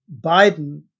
Biden